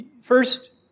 first